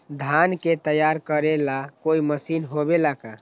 धान के तैयार करेला कोई मशीन होबेला का?